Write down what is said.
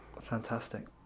Fantastic